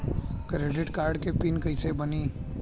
Credit card के pin कैसे बनी?